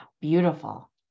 Beautiful